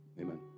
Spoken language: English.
amen